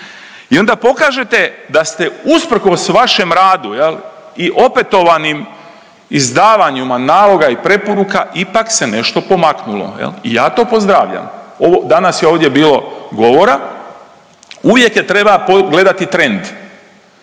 i onda pokažete da ste usprkos vašem radu jel i opetovanim izdavanjima naloga i preporuka ipak se nešto pomaknulo jel i ja to pozdravljam. Ovo danas je ovdje bilo govora uvijek je treba gledati trend,